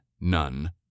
none